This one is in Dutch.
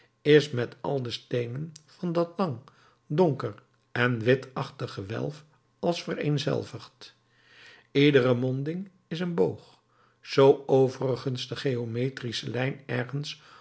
is met al de steenen van dat lang donker en witachtig gewelf als vereenzelvigd iedere monding is een boog zoo overigens de geometrische lijn ergens